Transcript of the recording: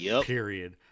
period